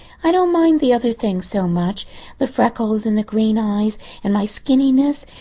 i don't mind the other things so much the freckles and the green eyes and my skinniness.